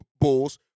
Bulls